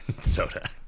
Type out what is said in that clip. Soda